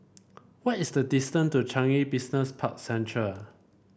what is the distance to Changi Business Park Central